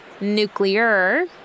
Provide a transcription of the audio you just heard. nuclear